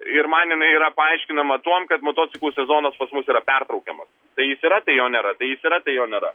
ir man jinai yra paaiškinama tuom kad motociklų sezonas pas mus yra pertraukiamas tai jis yra tai jo nėra tai jis yra tai jo nėra